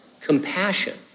compassion